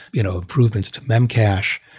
you know improvements to memcache,